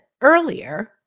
earlier